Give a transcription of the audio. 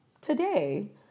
today